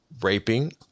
raping